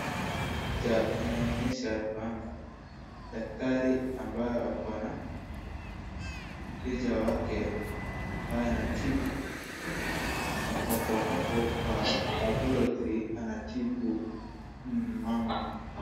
Hii picha inanionyesha ya kwamba daktari ambaye ako na mteja wake ambaye anatibu wako hapo kwa laboratory anatibu mama.